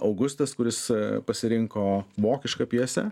augustas kuris pasirinko vokišką pjesę